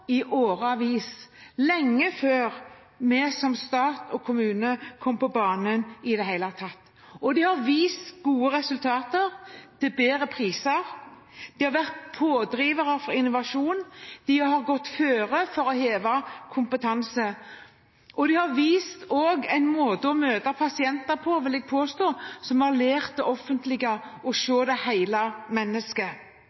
i årevis, lenge før vi som stat og kommune kom på banen i det hele tatt. De har vist gode resultater til bedre priser. De har vært pådrivere for innovasjon, de har gått foran for å heve kompetanse. De har også vist en måte å møte pasienter på som, vil jeg påstå, har lært det offentlige